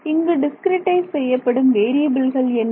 இங்கு டிஸ்கிரிட்டைஸ் செய்யப்படும் வேறியபில்கள் என்ன